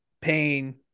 pain